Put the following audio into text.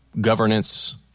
governance